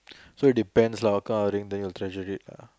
so depends lah what kind of ring they you'll treasure it lah